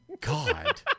God